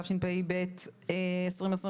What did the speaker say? התשפ"ב-2021,